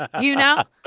you know?